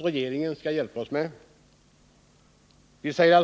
regeringen skall hjälpa oss att uppfylla.